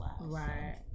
Right